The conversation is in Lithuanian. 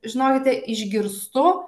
žinokite išgirstu